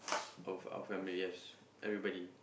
of our family yes everybody